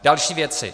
Další věci.